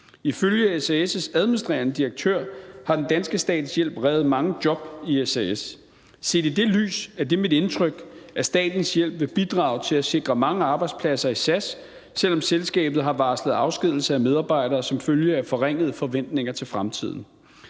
Ifølge SAS's administrerende direktør har den danske stats hjælp reddet mange job i SAS. Set i det lys er det mit indtryk, at statens hjælp vil bidrage til at sikre mange arbejdspladser i SAS, selv om selskabet har varslet afskedigelse af medarbejdere som følge af forringede forventninger til fremtiden.